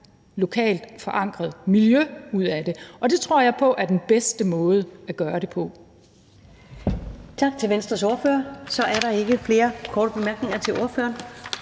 lokalt forankret miljø ud af det, og det tror jeg på er den bedste måde at gøre det på.